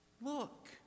Look